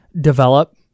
develop